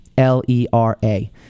L-E-R-A